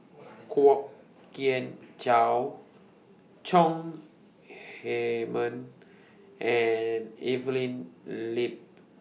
Kwok Kian Chow Chong Heman and Evelyn Lip